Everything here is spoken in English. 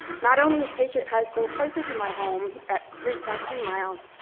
not only is patriot high school closer to my home at three point two miles,